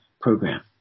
program